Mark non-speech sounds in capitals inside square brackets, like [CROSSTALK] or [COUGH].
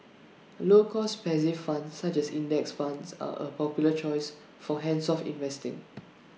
low cost passive funds such as index funds are A popular choice for hands off investing [NOISE]